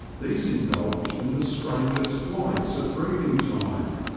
these indulged in the strangest flights at breeding time,